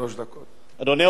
אדוני היושב-ראש,